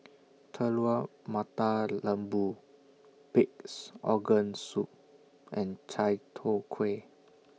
Telur Mata Lembu Pig'S Organ Soup and Chai Tow Kuay